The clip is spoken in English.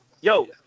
Yo